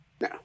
No